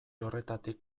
horretatik